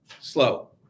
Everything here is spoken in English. Slow